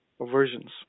versions